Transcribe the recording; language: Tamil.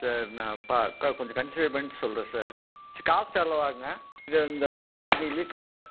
சார் நான் பா கொஞ்சம் கன்ஸிடர் பண்ணிட்டு சொல்கிறேன் சார் சரி காஸ்ட் எவ்வளோ ஆகுங்க இந்த இந்த இந்த ரியல்மியில் காஸ்ட்